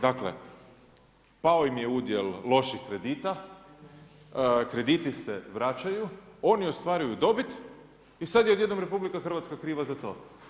Dakle, pao im je udjel loših kredita, krediti se vraćaju, oni ostvaruju dobit i sad je odjednom RH kriva za to.